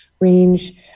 range